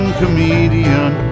comedian